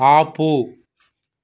ఆపు